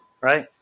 right